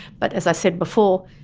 but, as i said before,